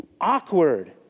awkward